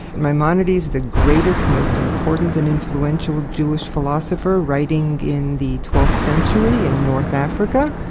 maimonides, the greatest, most important and influential jewish philosopher, writing in the twelfth century in north africa,